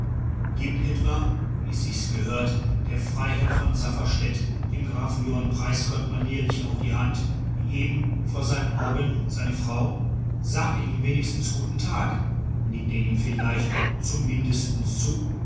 gibt etwa wie sich's gehört der freiherr von safferstätt dem grafen johann preisgott manierlich auch die hand wie eben vor seinen augen seine frau sagt er ihm wenigstens guten tag nickt er ihm vielleicht zum mindesten zu